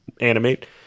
animate